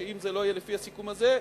שאם זה לא יהיה לפי הסיכום הזה,